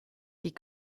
die